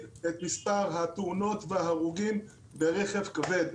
את מספר התאונות וההרוגים ברכב כבד.